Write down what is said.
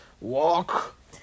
walk